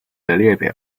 列表